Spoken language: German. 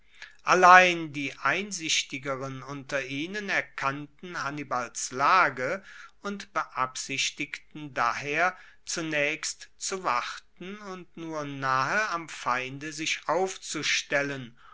allein die einsichtigeren unter ihnen erkannten hannibals lage und beabsichtigten daher zunaechst zu warten und nur nahe am feinde sich aufzustellen